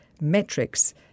metrics